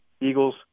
Eagles